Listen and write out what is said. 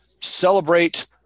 celebrate